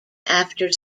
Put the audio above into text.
after